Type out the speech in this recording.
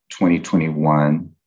2021